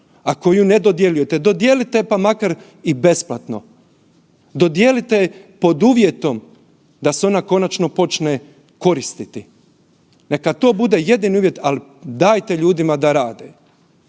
koju ne dodjeljujete. Dodijelite pa makar i besplatno, dodijelite je pod uvjetom da se ona konačno počne koristiti, neka bude to jedini uvjet, al dajte ljudima da rade.